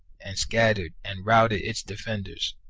and scattered and routed its defenders,